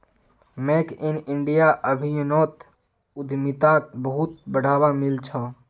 make in India अभियानोत उद्यमिताक बहुत बढ़ावा मिल छ